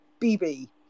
BB